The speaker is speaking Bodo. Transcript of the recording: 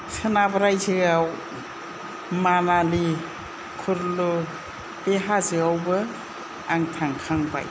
सोनाब राइजोआव मानालि खुरलु बे हाजोआवबो आं थांखांबाय